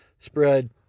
spread